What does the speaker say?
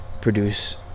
produce